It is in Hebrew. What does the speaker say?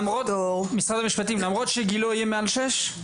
משרד המשפטים, למרות שגילו יהיה מעל שש?